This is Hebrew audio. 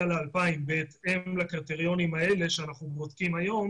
ל-2,000 בהתאם לקריטריונים האלה שאנחנו בודקים היום